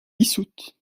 dissoute